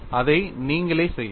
அதை நீங்களே செய்யலாம்